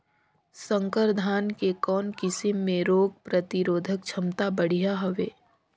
संकर धान के कौन किसम मे रोग प्रतिरोधक क्षमता बढ़िया हवे?